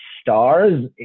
stars